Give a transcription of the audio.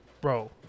bro